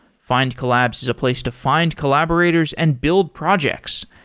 findcollabs is a place to find collaborators and build projects.